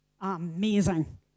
Amazing